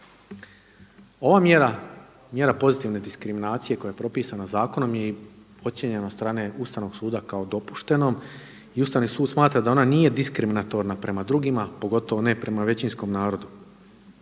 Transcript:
mjera pozitivne diskriminacije koja je propisana zakonom je ocijenjena i od strane Ustavnog suda kao dopuštenom i Ustavni sud smatra da ona nije diskriminatorna prema drugima, pogotovo ne prema većinskom narodu.